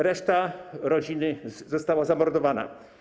Reszta rodziny została zamordowana.